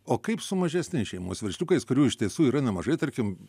o kaip su mažesniais šeimos versliukais kurių iš tiesų yra nemažai tarkim